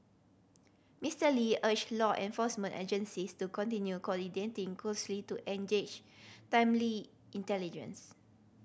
Mister Lee urged law enforcement agencies to continue coordinating closely to engage timely intelligence